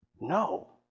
No